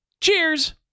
Cheers